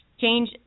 change